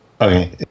Okay